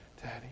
Daddy